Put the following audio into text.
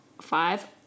five